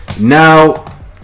Now